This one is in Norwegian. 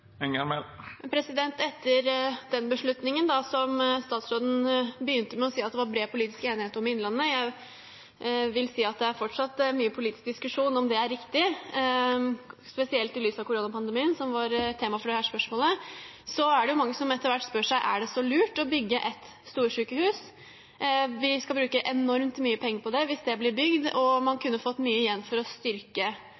Etter den beslutningen som statsråden begynte med å si at var bred politisk enighet om i Innlandet, vil jeg si at det fortsatt er mye politisk diskusjon om det er riktig. Spesielt i lys av koronapandemien, som var tema for dette spørsmålet, er det mange som etter hvert spør seg om det er så lurt å bygge ett storsykehus. Vi skal bruke enormt mye penger på det hvis det blir bygd, og man